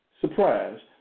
surprised